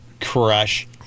Crush